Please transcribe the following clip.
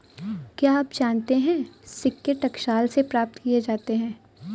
क्या आप जानते है सिक्के टकसाल से प्राप्त किए जाते हैं